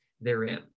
therein